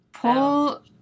Pull